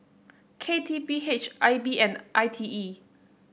K T P H I B and I T E